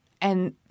And-